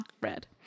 Red